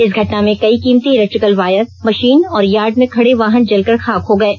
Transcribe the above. इस घटना में कई कीमती इलेक्ट्रिकल वायर मशीन और यार्ड में खड़े वाहन जलकर खाक हो गये